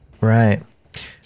Right